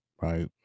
right